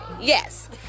Yes